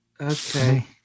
Okay